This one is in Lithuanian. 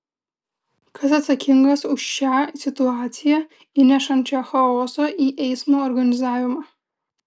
kas atsakingas už šią situaciją įnešančią chaoso į eismo organizavimą